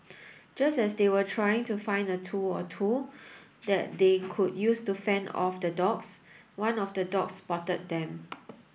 just as they were trying to find a tool or two that they could use to fend off the dogs one of the dogs spotted them